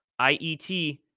IET